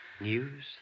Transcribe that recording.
News